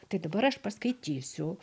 tai dabar aš paskaitysiu